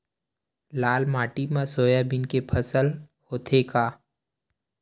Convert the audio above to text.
लाल माटी मा सोयाबीन के फसल होथे का?